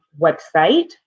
website